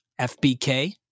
FBK